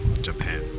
Japan